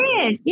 Yes